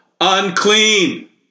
unclean